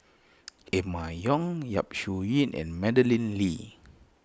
Emma Yong Yap Su Yin and Madeleine Lee